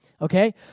Okay